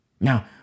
Now